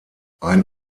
ein